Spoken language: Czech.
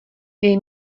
dej